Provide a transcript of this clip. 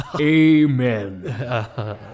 Amen